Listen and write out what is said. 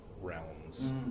realms